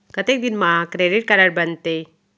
कतेक दिन मा क्रेडिट कारड बनते?